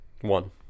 One